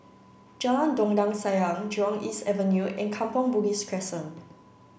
Jalan Dondang Sayang Jurong East Avenue and Kampong Bugis Crescent